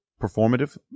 performative